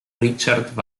richard